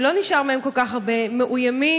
שלא נשאר מהם כל כך הרבה, מאוימים,